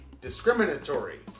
discriminatory